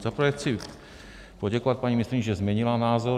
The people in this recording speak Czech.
Za prvé chci poděkovat paní ministryni, že změnila názor.